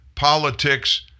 politics